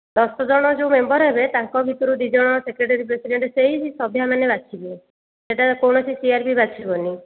ଦଶ ଜଣ ଯେଉଁ ମେମ୍ବର୍ ହେବେ ତାଙ୍କ ଭିତରୁ ଦୁଇ ଜଣ ସେକ୍ରେଟାରୀ ପ୍ରେସିଡ଼େଣ୍ଟ୍ ସେଇ ସଭ୍ୟାମାନେ ବାଛିବେ ସେଇଟା କୌଣସି ସି ଆର୍ ପି ବାଛିବନି